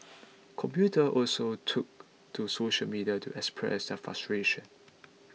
commuter also took to social media to express their frustration